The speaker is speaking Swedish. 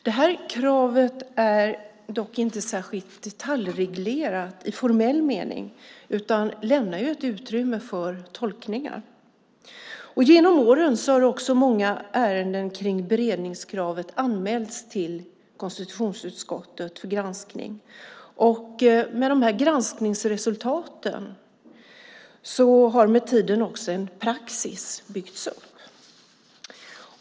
Det här kravet är dock inte särskilt detaljreglerat i formell mening utan lämnar ett utrymme för tolkningar. Genom åren har också många ärenden om beredningskravet anmälts till konstitutionsutskottet för granskning. Med dessa granskningsresultat har med tiden också en praxis byggts upp.